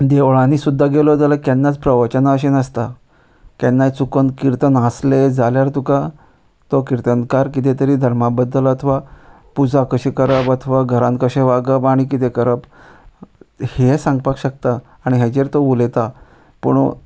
देवळांनी सुद्दां गेलो जाल्यार केन्नाच प्रवचनां अशीं नासता केन्नाय चुकोन किर्तन आसले जाल्यार तुका तो किर्तनकार कितें तरी धर्मा बद्दल अथवा पुजा कशी करप अथ घरान कशें वागप आनी कितें करप हे सांगपाक शकता आनी हेजेर तो उलयता पूणन